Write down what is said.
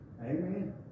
Amen